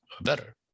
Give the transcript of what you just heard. better